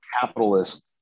capitalist